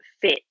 fit